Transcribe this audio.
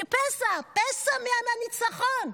כפסע, פסע מהניצחון,